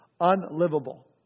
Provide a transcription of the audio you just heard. unlivable